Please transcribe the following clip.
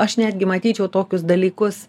aš netgi matyčiau tokius dalykus